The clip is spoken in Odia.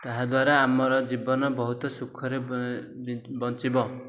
ତାହା ଦ୍ୱାରା ଆମର ଜୀବନ ବହୁତ ସୁଖରେ ବଞ୍ଚିବ